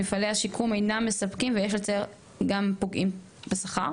מפעלי השיקום אינם מספקים ויש לציין גם פוגעים בשכר.